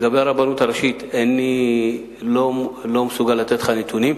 לגבי הרבנות הראשית, אני לא מסוגל לתת לך נתונים.